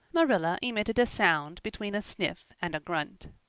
marilla emitted a sound between a sniff and a grunt.